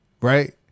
right